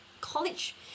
college